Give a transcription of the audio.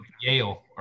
Yale